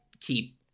keep